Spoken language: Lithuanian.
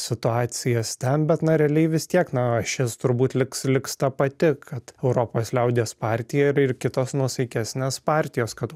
situacijas ten bet na realiai vis tiek na ašis turbūt liks liks ta pati kad europos liaudies partija ir ir kitos nuosaikesnes partijos kad